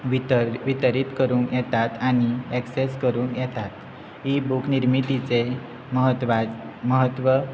वितरीत करूं येतात आनी एक्सेस करूंक येतात इबूक निर्मितीचे म्हत्वाच म्हत्व